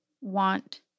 want